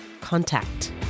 contact